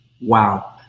Wow